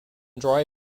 dry